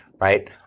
right